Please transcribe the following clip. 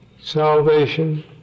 salvation